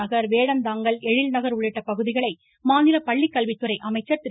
நகர் வேடந்தாங்கல் எழில்நகர் உள்ளிட்ட பகுதிகளை மாநில பள்ளிக்கல்வித்துறை அமைச்சர் திரு